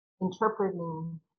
interpreting